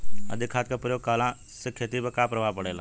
अधिक खाद क प्रयोग कहला से खेती पर का प्रभाव पड़ेला?